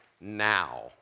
now